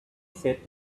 said